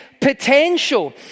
potential